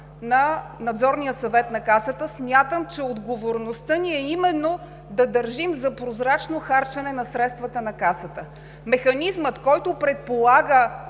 на Надзорния съвет на Касата. Смятам, че отговорността ни е именно да държим за прозрачно харчене на средствата на Касата. Механизмът, който предполага